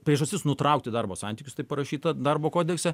priežastis nutraukti darbo santykius taip parašyta darbo kodekse